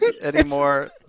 anymore